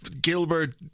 Gilbert